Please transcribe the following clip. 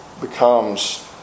becomes